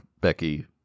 Becky